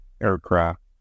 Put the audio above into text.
aircraft